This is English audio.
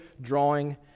drawing